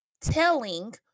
telling